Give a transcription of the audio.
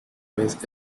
vez